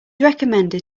recommended